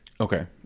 Okay